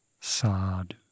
Sad